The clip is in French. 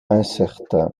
incertain